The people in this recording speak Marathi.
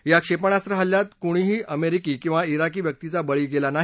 या क्षेपणाख हल्ल्यात कुणाही अमेरिकी किंवा ित्रिकी व्यक्तीचा बळी गेला नाही